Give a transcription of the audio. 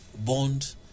bond